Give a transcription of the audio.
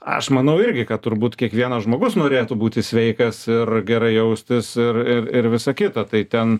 aš manau irgi kad turbūt kiekvienas žmogus norėtų būti sveikas ir gerai jaustis ir ir ir visa kita tai ten